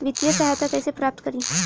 वित्तीय सहायता कइसे प्राप्त करी?